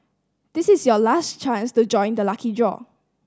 this is your last chance to join the lucky draw